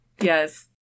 Yes